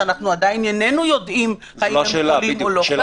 שעדיין איננו יודעים האם הם חולים או לא.